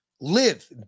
live